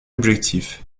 objectif